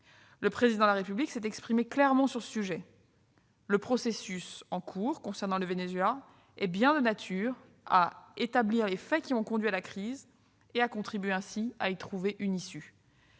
Le Président de la République s'est exprimé clairement sur ce sujet : le processus en cours concernant le Venezuela est bien de nature à établir les faits qui ont conduit à la crise et à contribuer ainsi à y trouver une issue.